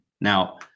Now